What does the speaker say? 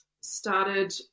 started